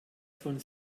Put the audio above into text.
von